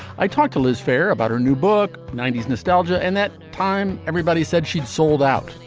i talked to loose fair about her new book ninety s nostalgia and that time everybody said she'd sold out.